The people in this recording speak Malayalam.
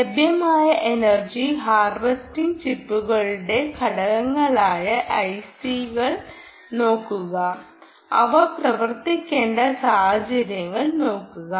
ലഭ്യമായ എനർജി ഹാർവെസ്റ്റിംഗ് ചിപ്പുകളുടെ ഘടകങ്ങളായ ഐസികൾ നോക്കുക അവ പ്രവർത്തിക്കേണ്ട സാഹചര്യങ്ങൾ നോക്കുക